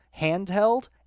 handheld